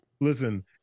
Listen